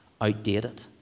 outdated